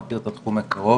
אני מכיר את התחום מקרוב,